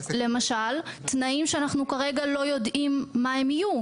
למשל תנאים שאנחנו כרגע לא יודעים מה הם יהיו,